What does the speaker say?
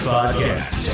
Podcast